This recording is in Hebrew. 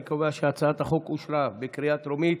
אני קובע שהצעת החוק אושרה בקריאה טרומית